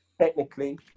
Technically